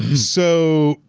so,